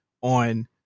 on